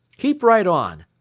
keep right on.